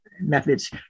methods